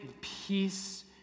peace